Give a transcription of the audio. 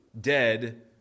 Dead